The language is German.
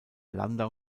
landau